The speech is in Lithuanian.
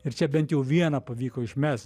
ir čia bent jau vieną pavyko išmes